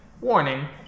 Warning